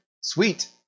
Sweet